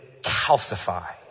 calcify